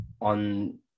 on